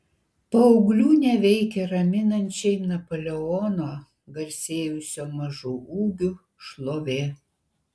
paauglių neveikia raminančiai napoleono garsėjusio mažu ūgiu šlovė